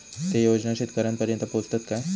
ते योजना शेतकऱ्यानपर्यंत पोचतत काय?